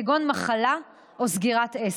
כגון מחלה או סגירת עסק.